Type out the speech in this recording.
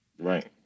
Right